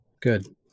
good